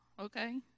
okay